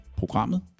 programmet